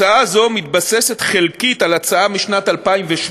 הצעה זו מתבססת חלקית על הצעה משנת 2008,